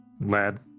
lad